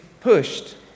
pushed